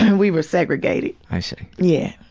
and we were segregated. i see. yeah.